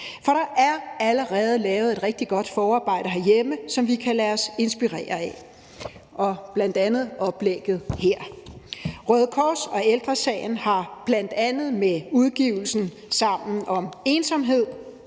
For der er allerede lavet et rigtig godt forarbejde herhjemme, som vi kan lade os inspirere af, bl.a. oplægget her. Røde Kors og Ældre Sagen har bl.a. med udgivelsen »Sammen om ensomhed«,